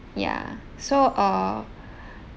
ya so uh